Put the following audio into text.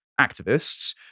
activists